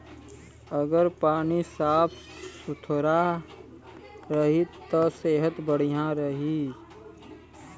अगर पानी साफ सुथरा रही त सेहत बढ़िया रही